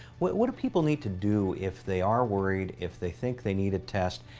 what what do people need to do if they are worried, if they think they need a test?